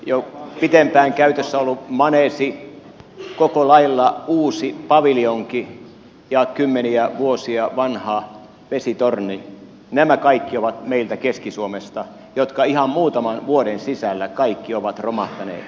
jo pitempään käytössä ollut maneesi koko lailla uusi paviljonki ja kymmeniä vuosia vanha vesitorni nämä kaikki ovat meiltä keski suomesta ihan muutaman vuoden sisällä romahtaneet